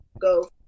Go